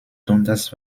dundas